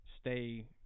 stay